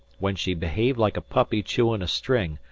when she behaved like a puppy chewing a string,